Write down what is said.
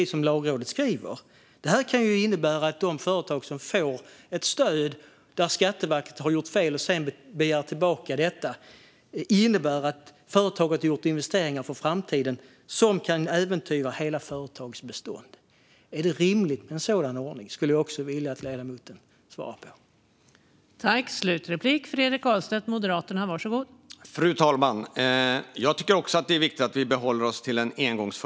Som Lagrådet skriver är det så att för företag som fått stöd, men där Skatteverket gjort fel och sedan begärt tillbaka pengarna, kan detta innebära att om företaget gjort investeringar för framtiden kan hela företagets fortbestånd äventyras. Är det rimligt med en sådan ordning? Det skulle jag också vilja att ledamoten svarar på.